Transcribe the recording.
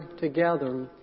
together